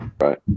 Right